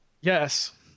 Yes